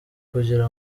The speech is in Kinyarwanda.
kugira